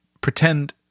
Pretend